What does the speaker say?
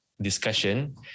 discussion